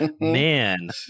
man